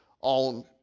on